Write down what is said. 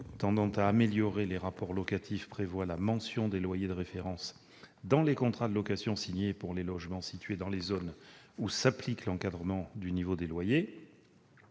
tendant à améliorer les rapports locatifs prévoit la mention des loyers de référence dans les contrats de location signés pour les logements situés dans les zones où s'applique l'encadrement du niveau des loyers.